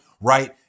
right